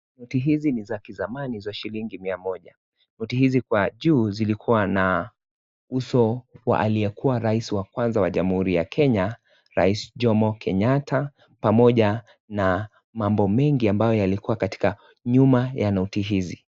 Noti hizi ni za kizamani za shilingi mia moja. Noti hizi kwa juu zilikuwa na uso wa aliyekuwa raisi wa kwanza wa jamhuri wa Kenya, raisi Jomo Kenyatta pamoja na mambo mengi ambao yalikuwa katika nyuma ya noti hizi.